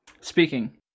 Speaking